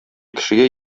кешегә